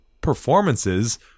performances